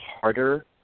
harder